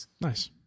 Nice